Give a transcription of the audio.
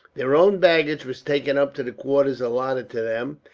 their own baggage was taken up to the quarters allotted to them,